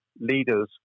leaders